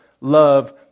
love